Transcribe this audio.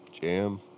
Jam